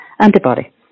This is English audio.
antibody